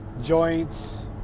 Joints